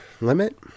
limit